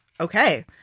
okay